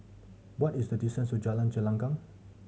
what is the distance to Jalan Gelenggang